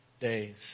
days